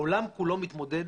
העולם כולו מתמודד